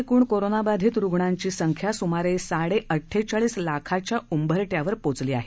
देशातल्या एकूण कोरोनाबाधित रुग्णांची संख्या सुमारे साडे अठ्ठेचाळीस लाखाच्या उंबरठ्यावर पोचली आहे